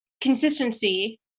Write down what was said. consistency